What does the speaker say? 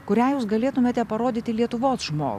kurią jūs galėtumėte parodyti lietuvos žmogui